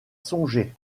songer